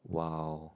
!wow!